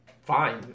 fine